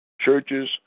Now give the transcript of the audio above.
Churches